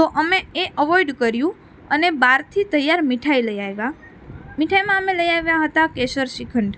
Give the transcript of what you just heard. તો અમે એ અવોઈડ કર્યું અને બહારથી તૈયાર મીઠાઇ લઈ આવ્યાં મીઠાઈમાં અમે લઈ આવ્યાં હતાં કેસર શ્રીખંડ